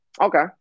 Okay